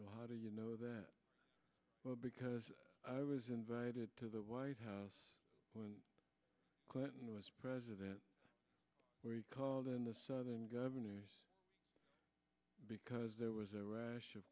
clinton how do you know that because i was invited to the white house when clinton was president where he called in the southern governors because there was a rash of